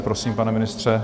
Prosím, pane ministře.